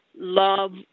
love